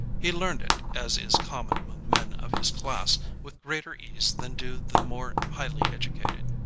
he learned it, as is common among men of his class, with greater ease than do the more highly educated.